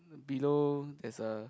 below there's a